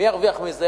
מי ירוויח מזה?